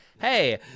Hey